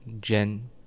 gen